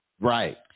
Right